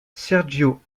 sergio